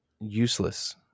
useless